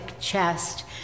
chest